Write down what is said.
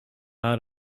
out